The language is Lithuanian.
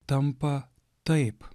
tampa taip